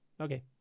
Okay